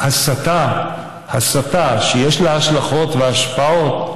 הסתה שיש לה השלכות והשפעות,